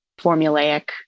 formulaic